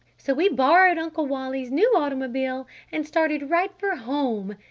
so we borrowed uncle wally's new automobile and started right for home!